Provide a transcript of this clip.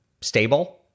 stable